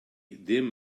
ddim